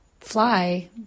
fly